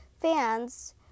fans